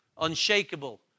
unshakable